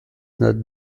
not